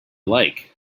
like